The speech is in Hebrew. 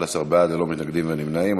11 בעד, ללא מתנגדים וללא נמנעים.